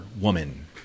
woman